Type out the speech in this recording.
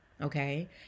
okay